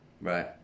Right